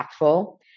impactful